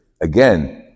again